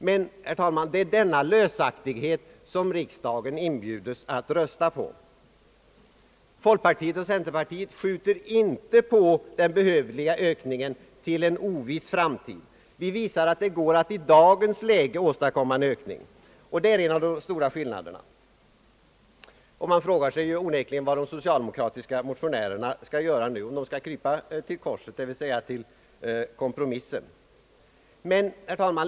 Det är denna lösaktighet som riksdagen nu inbjudes att rösta på. Folkpartiet och centerpartiet skjuter inte upp den behövliga ökningen till en oviss framtid. Vi visar att det går att i dagens läge åstadkomma en ökning, det är den stora skillnaden. Man frågar sig onekligen vad de socialdemokratiska motionärerna skall göra nu. Skall de krypa till korset, d. v. s. till kompromissen?